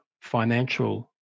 financial